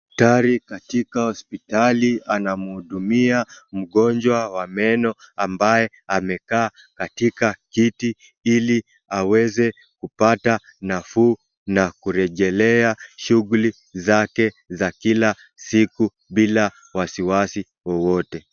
Daktari katika hospitali anamhudumia mgonjwa wa meno ambaye amekaa katika kiti ili aweze kupata nafuu na kurejelea shughuli zake za kila siku bila wasiwasi wowote.